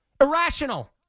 Irrational